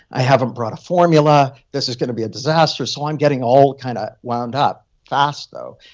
i haven't brought a formula. this is going to be a disaster. so i'm getting all kind of wind up fast though.